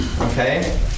okay